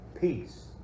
Peace